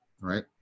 right